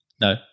No